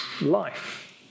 life